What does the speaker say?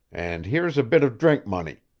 and here's a bit of drink money.